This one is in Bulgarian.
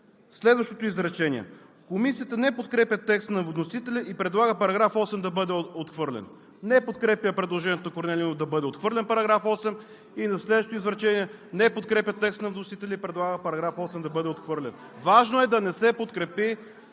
Следващото изречение: „Комисията не подкрепя текста на вносителя и предлага § 8 да бъде отхвърлен.“ Не подкрепя предложението на Корнелия Нинова да бъде отхвърлен § 8 и на следващото изречение: „Не подкрепя текста на вносителя и предлага § 8 да бъде отхвърлен.“ Важно е да не се подкрепи